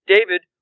David